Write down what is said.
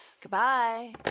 Goodbye